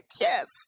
yes